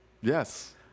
Yes